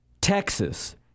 Texas